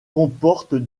comporte